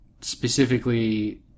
specifically